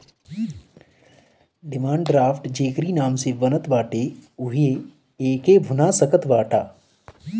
demand draft जेकरी नाम से बनत बाटे उहे एके भुना सकत बाटअ